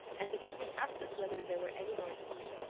as if he would ask us whether there were any more seed.